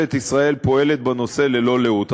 וממשלת ישראל פועלת בנושא ללא לאות.